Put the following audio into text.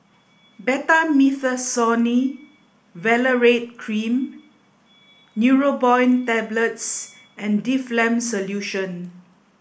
Betamethasone Valerate Cream Neurobion Tablets and Difflam Solution